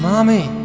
mommy